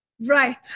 Right